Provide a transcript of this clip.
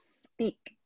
speak